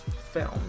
film